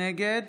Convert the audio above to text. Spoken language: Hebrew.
נגד